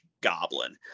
goblin